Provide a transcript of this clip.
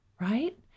Right